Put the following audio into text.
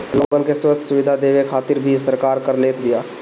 लोगन के स्वस्थ्य सुविधा देवे खातिर भी सरकार कर लेत बिया